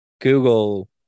Google